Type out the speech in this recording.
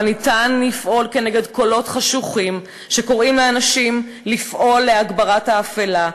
אבל אפשר לפעול כנגד קולות חשוכים שקוראים לאנשים לפעול להגברת האפלה,